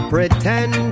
Pretend